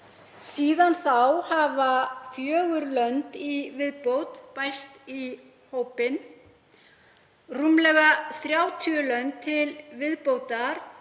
Síðan þá hafa fjögur lönd í viðbót bæst í hópinn. Rúmlega 30 lönd til viðbótar